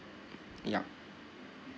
yup